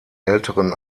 älteren